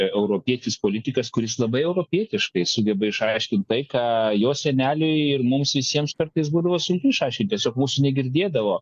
europietis politikas kuris labai europietiškai sugeba išaiškinti tai ką jo seneliui ir mums visiems kartais būdavo sunku išaiškint tiesiog mūsų negirdėdavo